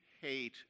hate